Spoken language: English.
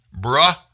Bruh